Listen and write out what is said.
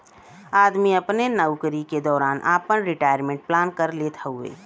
आदमी अपने नउकरी के दौरान आपन रिटायरमेंट प्लान कर लेत हउवे